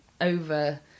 over